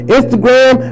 Instagram